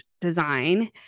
design